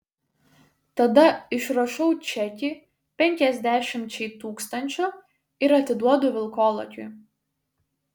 tada išrašau čekį penkiasdešimčiai tūkstančių ir atiduodu vilkolakiui